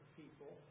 people